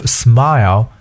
smile